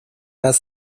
las